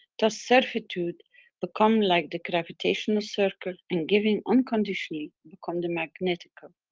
thus servitude become like the gravitational circle and giving unconditionally become the magnetical.